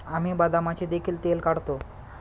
आम्ही बदामाचे देखील तेल काढतो